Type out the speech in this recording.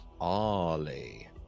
Ollie